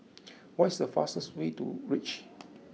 what is the fastest way to reach